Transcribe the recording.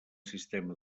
sistema